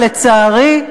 ולצערי,